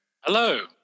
Hello